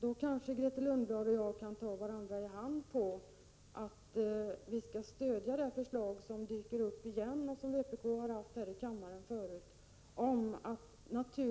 Då kanske Grethe Lundblad och jag kan ta varandra i hand på att vi skall stödja det förslag som vpk fört fram förut här i kammaren och som dyker